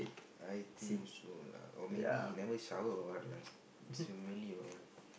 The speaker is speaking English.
I think so lah or maybe he never shower or what lah s~ smelly or what